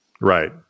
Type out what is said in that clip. Right